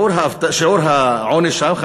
שיעור העוני שם הוא